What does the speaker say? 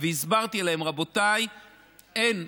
והסברתי להם: אין.